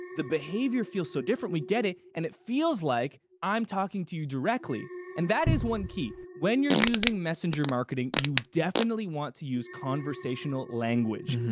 the behavior feels so different. we get it, and it feels like i'm talking to you directly. and that is one key. when you're using messenger marketing, you definitely want to use conversational language.